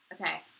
okay